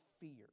fear